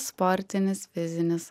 sportinis fizinis